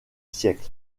siècle